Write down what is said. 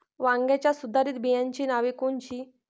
वांग्याच्या सुधारित बियाणांची नावे कोनची?